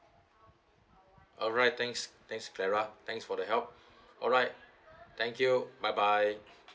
alright thanks thanks clara thanks for the help alright thank you bye bye